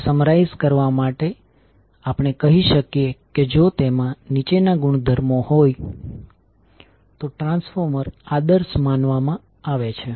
તેને સમરાઇઝ કરવા માટે આપણે કહી શકીએ કે જો તેમાં નીચેના ગુણધર્મો હોય તો ટ્રાન્સફોર્મર આદર્શ માનવામાં આવે છે